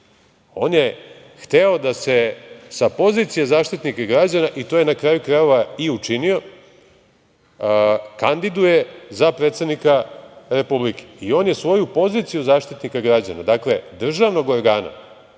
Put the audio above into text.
On je hteo da se sa pozicije Zaštitnika građana, i to je na kraju krajeva i učinio, kandiduje za predsednika Republike. On je svoju poziciju Zaštitnika građana, dakle, državnog organa,